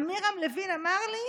אלוף פיקוד צפון עמירם לוין בא ואמר: